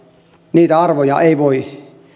niitä arvoja ei voi